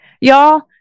Y'all